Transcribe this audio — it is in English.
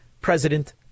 president